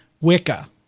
Wicca